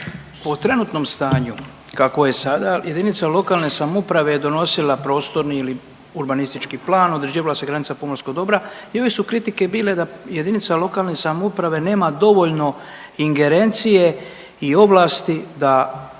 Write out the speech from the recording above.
u trenutnom stanju kako je sada, jedinice lokalne samouprave je donosila prostorni ili urbanistički plan, određivala se granica pomorskog dobra i uvijek su kritike bile da jedinica lokalne samouprave nema dovoljne ingerencije i ovlasti da,